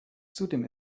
zudem